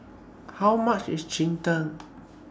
How much IS Cheng Tng